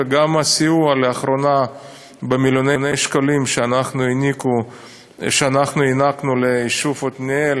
והסיוע במיליוני שקלים שהענקנו ליישוב עתניאל